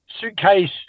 suitcase